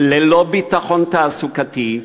ללא ביטחון תעסוקתי,